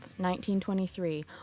1923